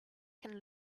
can